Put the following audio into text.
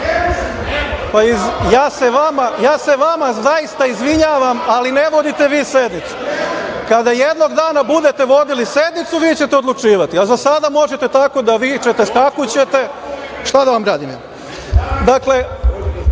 se vama zaista izvinjavam, ali ne vodite vi sednicu. Kada jednog dana budete vodili sednicu, vi ćete odlučivati. Za sada, možete tako da vičete, skakućete, šta da vam radim. Od